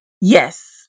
yes